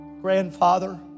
Grandfather